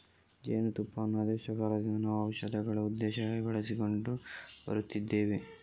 ಜೇನು ತುಪ್ಪವನ್ನ ಅದೆಷ್ಟೋ ಕಾಲದಿಂದ ನಾವು ಔಷಧಗಳ ಉದ್ದೇಶಕ್ಕಾಗಿ ಬಳಸಿಕೊಂಡು ಬರುತ್ತಿದ್ದೇವೆ